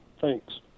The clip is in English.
Thanks